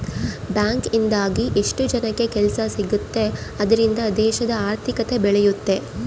bank ಇಂದಾಗಿ ಎಷ್ಟೋ ಜನಕ್ಕೆ ಕೆಲ್ಸ ಸಿಗುತ್ತ್ ಅದ್ರಿಂದ ದೇಶದ ಆರ್ಥಿಕತೆ ಬೆಳಿಯುತ್ತೆ